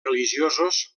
religiosos